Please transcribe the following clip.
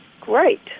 Great